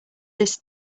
this